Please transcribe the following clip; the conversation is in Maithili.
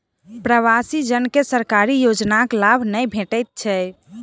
प्रवासी जन के सरकारी योजनाक लाभ नै भेटैत छै